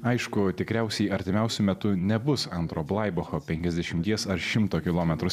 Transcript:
aišku tikriausiai artimiausiu metu nebus antro blaibacho penkiasdešimties ar šimto kilometrų